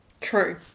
True